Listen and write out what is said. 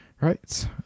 Right